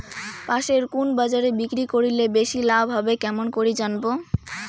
পাশের কুন বাজারে বিক্রি করিলে বেশি লাভ হবে কেমন করি জানবো?